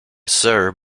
sir